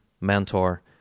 mentor